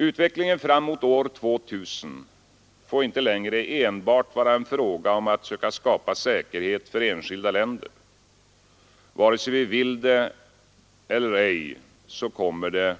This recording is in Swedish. Utvecklingen fram mot år 2000 får inte längre enbart vara en fråga om att söka skapa säkerhet för enskilda länder — vare sig vi vill det eller ej kommer det